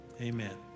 Amen